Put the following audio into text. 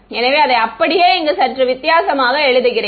எனவே அதை அப்படியே இங்கே சற்று வித்தியாசமாக எழுதுகிறேன்